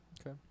Okay